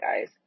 guys